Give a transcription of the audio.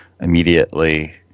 immediately